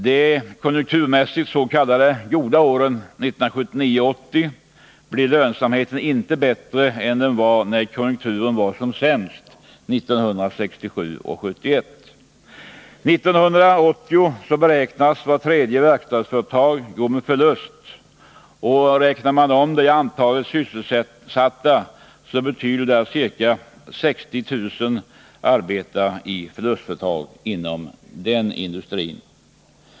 De konjunkturmässigt s.k. goda åren 1979 och 1980 blir lönsamheten inte bättre än den var när konjunkturen var som sämst 1967 och 1971. 1980 beräknas vart tredje verkstadsföretag gå med förlust. Räknar man om det i antalet sysselsatta betyder det att ca 60 000 arbetar i förlustföretag inom den industrin.